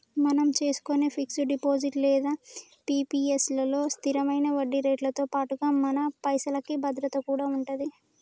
మనం చేసుకునే fix deposit లేదా పి.పి.ఎస్ లలో స్థిరమైన వడ్డీరేట్లతో పాటుగా మన పైసలకి భద్రత కూడా ఉంటది